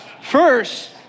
First